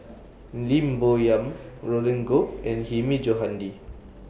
Lim Bo Yam Roland Goh and Hilmi Johandi